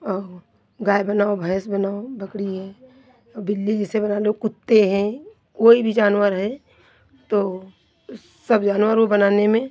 और गाय बनाओ भैंस बनाओ बकड़ी है और बिल्ली जैसे बना लो कुत्ते हैं कोई भी जानवर हैं तो वो सब जानवर वो बनाने में